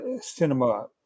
cinema